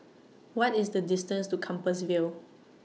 What IS The distance to Compassvale